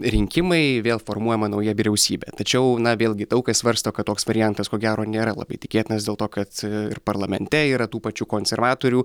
rinkimai vėl formuojama nauja vyriausybė tačiau na vėlgi daug kas svarsto kad toks variantas ko gero nėra labai tikėtinas dėl to kad ir parlamente yra tų pačių konservatorių